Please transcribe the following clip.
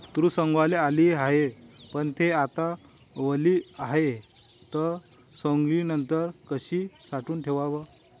तूर सवंगाले आली हाये, पन थे आता वली झाली हाये, त सवंगनीनंतर कशी साठवून ठेवाव?